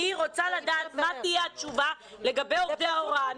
אני רוצה לדעת מה תהיה התשובה לגבי עובדי ההוראה,